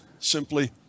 simply